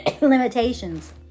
limitations